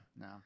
No